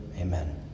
Amen